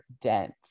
dense